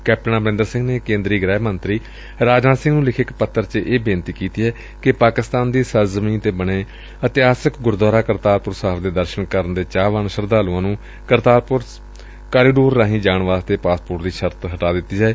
ਉਨੂਾ ਨੇ ਕੇਂਦਰੀ ਗ੍ਹਿ ਮੰਤਰੀ ਰਾਜਨਾਥ ਸਿੰਘ ਨੂੰ ਲਿਖੇ ਇਕ ਪੱਤਰ ਵਿਚ ਇਹ ਬੇਨਤੀ ਕੀਤੀ ਏ ਕਿ ਪਾਕਿਸਤਾਨ ਦੀ ਸਰ ਜ਼ਮੀਂ ਤੇ ਬਣੇ ਇਸਿਹਾਸਕ ਗੁਰਦੁਆਰਾ ਕਰਤਾਰਪੁਰ ਸਾਹਿਬ ਦੇ ਦਰਸਨ ਕਰਨ ਦੇ ਚਾਹਵਾਨ ਸ਼ਰਧਾਲੂਆਂ ਨੂੰ ਕਰਤਾਰਪੁਰ ਕਾਰੀਡੋਰ ਰਾਹੀਂ ਜਾਣ ਵਾਸਤੇ ਪਾਸਪੋਰਟ ਦੀ ਸ਼ਰਤ ਹਟਾ ਲਈ ਜਾਏ